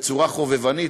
בצורה חובבנית,